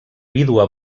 vídua